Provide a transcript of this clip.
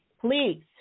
please